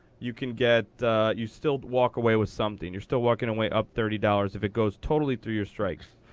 you can get you still walk away with something. you're still walking away up thirty dollars if it goes totally through your strikes.